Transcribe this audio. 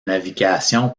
navigation